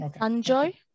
Enjoy